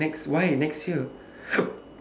next why next year